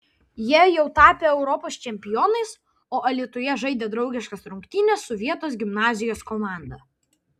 jie jau tapę europos čempionais o alytuje žaidė draugiškas rungtynes su vietos gimnazijos komanda